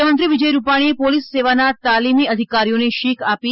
મુખ્યમંત્રી વિજય રૂપાણી એ પોલિસ સેવા ના તાલીમી અધિકારીઓ શીખ આપી